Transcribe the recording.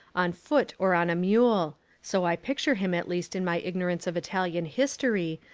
on foot or on a mule so i picture him at least in my ignorance of italian history,